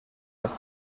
las